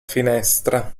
finestra